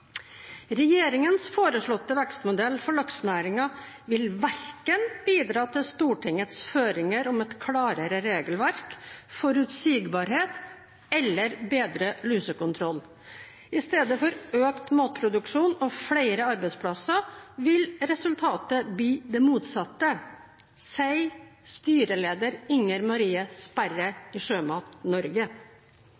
foreslåtte vekstmodell for laksenæringen vil verken bidra til Stortingets føringer om et klarere regelverk, forutsigbarhet eller bedre lusekontroll. I stedet for økt matproduksjon og flere arbeidsplasser vil resultatet bli det motsatte, sier styreleder Inger-Marie Sperre